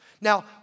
Now